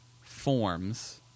forms